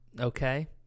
Okay